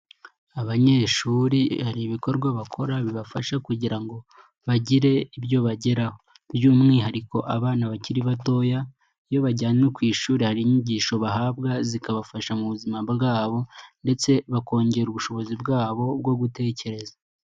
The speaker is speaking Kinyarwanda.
Abanyeshuri hari ibikorwa bakora bibafasha kugira ngo, bagire ibyo bageraho. Byumwihariko abana bakiri batoya, iyo bajyanwe ku ishuri hari inyigisho bahabwa zikabafasha mu buzima bwabo, ndetse bakongera ubushobozi bwabo bwo gutekereza.